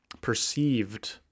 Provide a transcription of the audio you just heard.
perceived